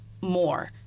more